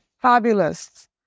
fabulous